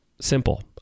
simple